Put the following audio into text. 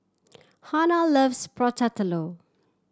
Hanna loves Prata Telur